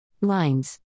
Lines